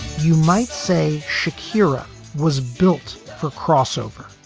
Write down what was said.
you might say shakira was built for crossover.